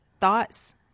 thoughts